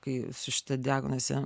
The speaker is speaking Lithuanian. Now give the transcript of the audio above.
kai su šita diagnoze